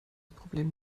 problem